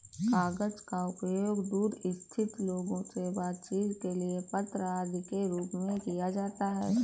कागज का उपयोग दूर स्थित लोगों से बातचीत के लिए पत्र आदि के रूप में किया जाता है